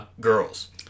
Girls